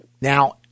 now